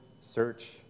search